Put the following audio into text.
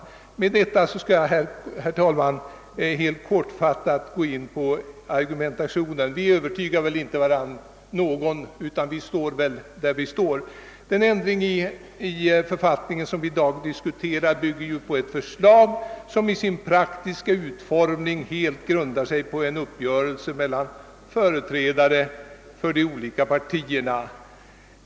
Efter detta skall jag, herr talman, helt kortfattat gå in på argumentationen. Vi övertygar väl inte varandra, utan vi står väl fast vid de ståndpunkter vi intagit. Den ändring av författningen som vi i dag diskuterar bygger ju på ett förslag som i sin praktiska utformning helt grundar sig på en uppgörelse mellan företrädare för de olika partierna.